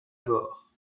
bord